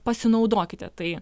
pasinaudokite tai